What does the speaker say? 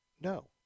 no